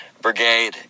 brigade